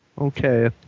Okay